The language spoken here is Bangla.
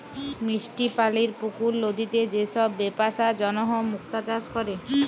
মিষ্টি পালির পুকুর, লদিতে যে সব বেপসার জনহ মুক্তা চাষ ক্যরে